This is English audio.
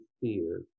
fear